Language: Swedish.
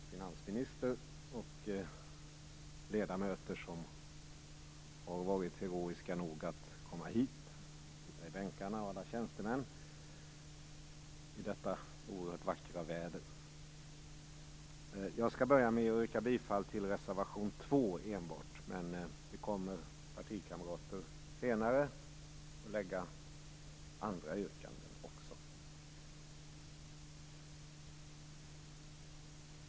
Herr talman! Finansministern, de ledamöter som har varit heroiska nog att komma hit och sitta i bänkarna och alla tjänstemän i detta oerhört vackra väder! Jag skall börja med att yrka bifall till enbart reservation 2. Men mina partikamrater kommer senare att framlägga andra yrkanden också.